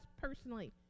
personally